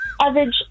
average